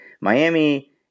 Miami